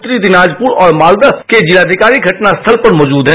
उत्तरी दिनाजपुर और मालदा के जिलाधिकारी घटनास्थल पर मौजूद है